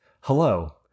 Hello